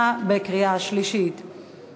התשע"ד 2014, נתקבל.